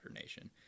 nation